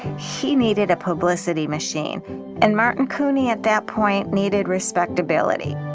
he needed a publicity machine and martin couney at that point needed respectability